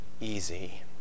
easy